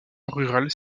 rurale